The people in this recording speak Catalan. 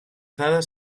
dades